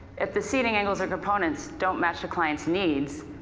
if the seating angles or components don't match the client's needs